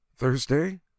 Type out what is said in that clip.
Thursday